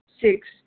six